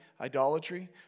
idolatry